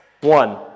One